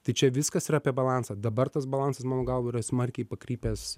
tai čia viskas yra apie balansą dabar tas balansas mano galva yra smarkiai pakrypęs